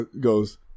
goes